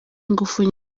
ingufu